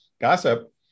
Gossip